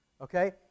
Okay